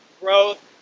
growth